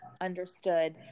understood